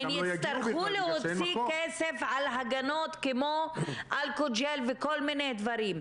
הם הצטרכו להוסיף כסף על הגנות כמו אלכוהול ג'ל וכל מיני דברים.